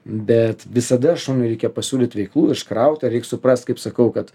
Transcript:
bet visada šuniui reikia pasiūlyt veiklų iškraut ar reik suprast kaip sakau kad